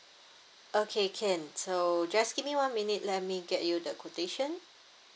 okay can so just give me one minute let me get you the quotation